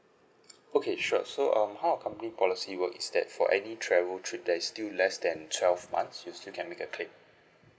okay sure so um how our company policy work is that for any travel trip that is still less than twelve months you still can make a claim